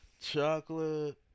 chocolate